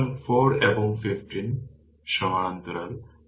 সুতরাং 4 এবং 15 সমান্তরাল